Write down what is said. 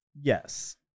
Yes